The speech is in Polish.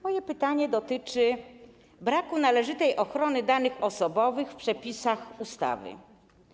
Moje pytanie dotyczy braku należytej ochrony danych osobowych w przepisach ustawy.